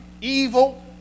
evil